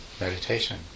meditation